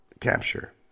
capture